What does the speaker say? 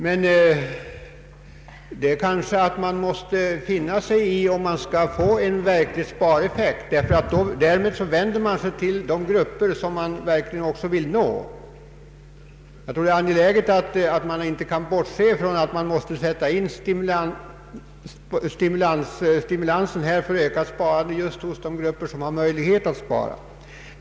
Men man måste kanske finna sig i detta om man skall få en verklig spareffekt, för därmed vänder man sig till de grupper som man också vill nå. Vi kan inte bortse från att man måste sätta in stimulansen för ökat sparande just hos de grupper som har möjlighet att spara.